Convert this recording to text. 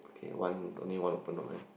okay one only one open on mine